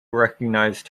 recognize